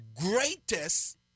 greatest